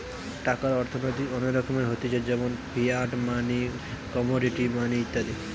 টাকার অর্থনৈতিক অনেক রকমের হতিছে যেমন ফিয়াট মানি, কমোডিটি মানি ইত্যাদি